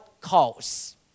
calls